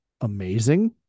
amazing